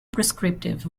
prescriptive